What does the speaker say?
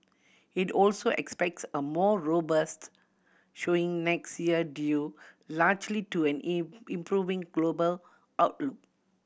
it also expects a more robust showing next year due largely to an improving global outlook